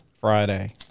Friday